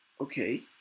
Okay